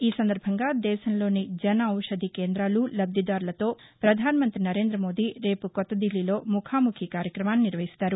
ఈ సందర్బంగా దేశంలోని జన ఔషధి కేంద్రాలు లబ్గిదారులతో ప్రధాన మంతి నరేంద్ర మోదీ రేపు కొత్త దిల్లీలో ముఖాముఖి కార్యక్రమాన్ని నిర్వహిస్తారు